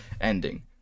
ending